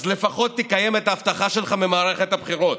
אז לפחות תקיים את ההבטחה שלך ממערכת הבחירות.